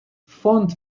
font